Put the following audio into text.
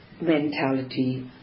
mentality